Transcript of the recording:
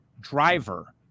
driver